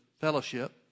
fellowship